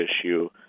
issue